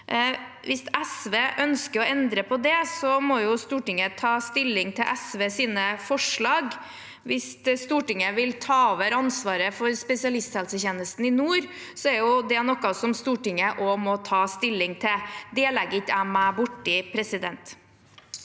Hvis SV ønsker å endre på det, må Stortinget ta stilling til SVs forslag. Hvis Stortinget vil ta over ansvaret for spesialisthelsetjenesten i nord, er det noe som Stortinget må ta stilling til. Det legger jeg meg ikke borti.